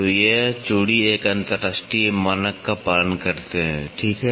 तो ये चूड़ी एक अंतरराष्ट्रीय मानक का पालन करते हैं ठीक है